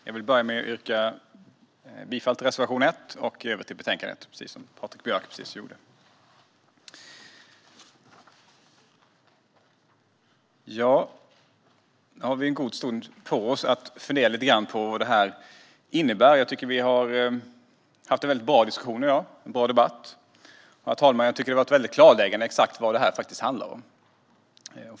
Herr talman! Jag vill börja med yrka bifall till reservation 1 och i övrigt yrka bifall till förslaget i betänkandet, precis som Patrik Björck just gjorde. Vi har en god stund på oss att fundera på vad detta innebär. Jag tycker att vi har haft en bra diskussion i dag. Det har varit en bra debatt. Jag tycker också, herr talman, att den har varit väldigt klarläggande för exakt vad detta handlar om.